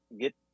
get